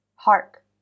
hark